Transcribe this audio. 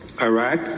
Iraq